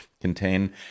contain